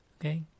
okay